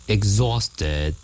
Exhausted